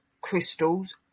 crystals